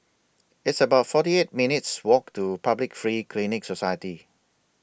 It's about forty eight minutes' Walk to Public Free Clinic Society